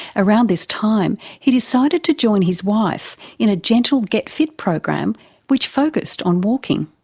around this time he decided to join his wife in a gentle get fit program which focused on walking.